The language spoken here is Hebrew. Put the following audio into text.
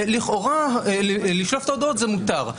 לכאורה לשלוף הודעות זה מותר.